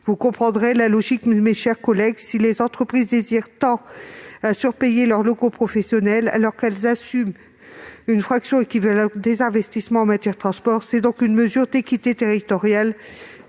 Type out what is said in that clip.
Vous comprenez la logique : si les entreprises désirent tant surpayer leurs locaux professionnels, qu'elles assument une fraction équivalente des investissements en matière de transports. Il s'agit donc d'une mesure d'équité territoriale